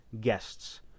guests